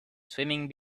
swimming